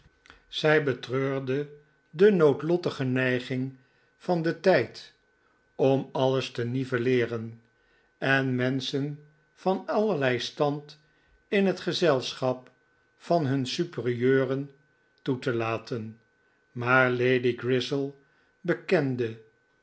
zij betreurde de noodlottige neiging van den tijd om alles te nivelleeren en menschen van allerlei stand in het gezelschap van hun superieuren toe te laten maar lady grizzel bekende